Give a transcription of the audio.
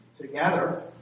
together